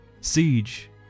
Siege